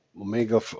Omega